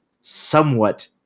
somewhat